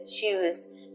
choose